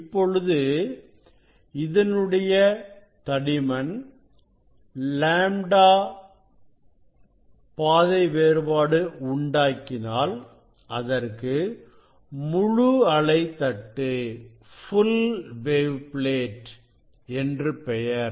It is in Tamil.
இப்பொழுது இதனுடைய தடிமன் λ பாதை வேறுபாடு உண்டாக்கினால் அதற்கு முழு அலை தட்டு என்று பெயர்